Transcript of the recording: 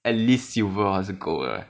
at least silver 还是 gold leh